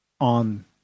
on